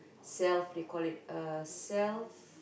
self they call it uh self